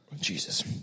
Jesus